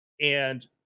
And-